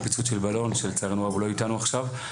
שמפיצוץ של בלון לצערנו הרב הוא לא איתנו עכשיו,